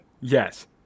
Yes